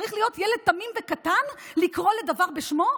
צריך להיות ילד תמים וקטן כדי לקרוא לדבר בשמו,